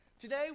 today